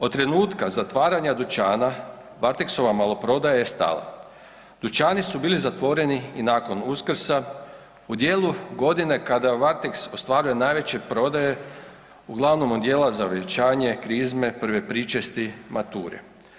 Od trenutka zatvaranja dućana varteksova maloprodaja je stala, dućani su bili zatvoreni i nakon Uskrsa u dijelu godine kada „Varteks“ ostvaruje najveće prodaje uglavnom odijela za vjenčanje, krizme, prve pričesti, mature.